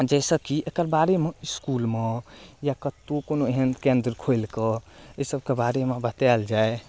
जाहिसँ कि एकर बारेमे इसकुलमे या कतौ कोनो एहन केन्द्र खोलि कऽ इसबके बारेमे बतायल जाइ